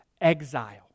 Exile